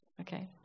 Okay